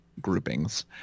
groupings